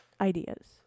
ideas